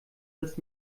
das